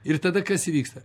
ir tada kas įvyksta